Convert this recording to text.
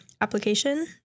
application